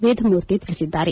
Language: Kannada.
ವೇದಮೂರ್ತಿ ತಿಳಿಸಿದ್ದಾರೆ